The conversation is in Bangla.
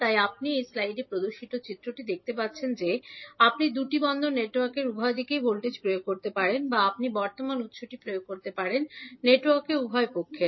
তাই আপনি এই স্লাইডে প্রদর্শিত চিত্রটি দেখতে পাচ্ছেন যে আপনি দুটি পোর্ট নেটওয়ার্কের উভয় দিকেই ভোল্টেজ প্রয়োগ করতে পারেন বা আপনি বর্তমান উত্সটি প্রয়োগ করতে পারেন নেটওয়ার্ক উভয় পক্ষের